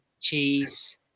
cheese